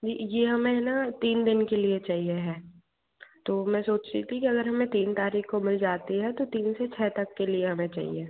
जी ये हमें हैं ना तीन दिन के लिए चाहिए है तो मैं सोच रही थी कि अगर हमें तीन तारीख़ को मिल जाती है तो तीन से छः तक के लिए हमें चाहिए